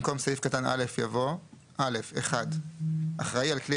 (1)במקום סעיף קטן (א) יבוא: "(א) (1)אחראי על כלי